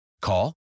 Call